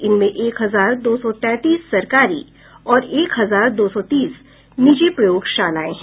इनमें एक हजार दो सौ तैंतीस सरकारी और एक हजार दो सौ तीस निजी प्रयोगशालाएं हैं